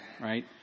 right